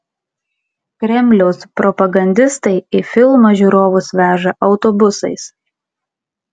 kremliaus propagandistai į filmą žiūrovus veža autobusais